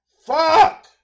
Fuck